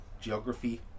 geography